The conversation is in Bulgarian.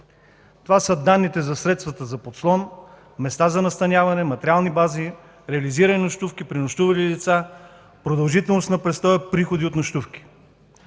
Това са данните за средства за подслон и местата за настаняване – материална база, реализирани нощувки, пренощували лица, продължителност на престоя, приходи от нощувки.